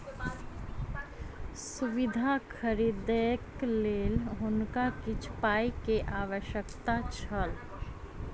सुविधा खरीदैक लेल हुनका किछ पाई के आवश्यकता छल